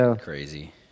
crazy